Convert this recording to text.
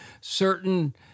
certain